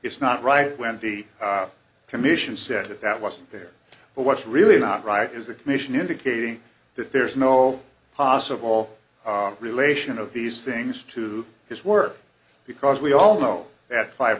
it's not right wendy commission said it that wasn't there but what's really not right is the commission indicating that there's no possible relation of these things to his work because we all know that fi